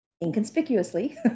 inconspicuously